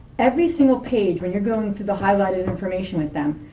every single page, when you're going through the highlighted information with them,